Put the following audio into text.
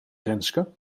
renske